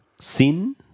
Sin